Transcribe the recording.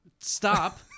stop